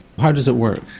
how does it work?